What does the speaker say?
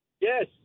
Yes